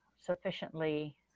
sufficiently